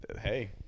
hey